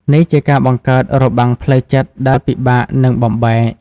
នេះជាការបង្កើតរបាំងផ្លូវចិត្តដែលពិបាកនឹងបំបែក។